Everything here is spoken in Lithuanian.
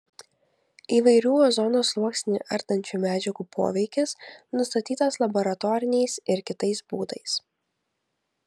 įvairių ozono sluoksnį ardančių medžiagų poveikis nustatytas laboratoriniais ir kitais būdais